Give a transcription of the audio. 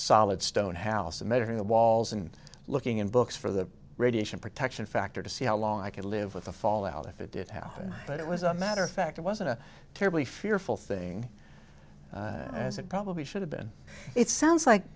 solid stone house and measuring the walls and looking in books for the radiation protection factor to see how long i could live with the fallout if it did happen but it was a matter of fact it wasn't a terribly fearful thing as it probably should have been it sounds like